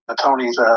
Tony's